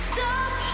Stop